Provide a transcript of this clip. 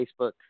Facebook